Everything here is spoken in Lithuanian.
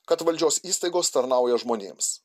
kad valdžios įstaigos tarnauja žmonėms